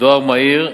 דואר מהיר,